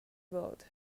world